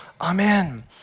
Amen